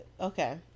okay